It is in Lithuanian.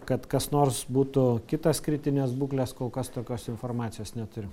kad kas nors būtų kitas kritinės būklės kol kas tokios informacijos neturiu